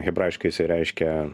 hebrajiškai reiškia